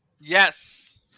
Yes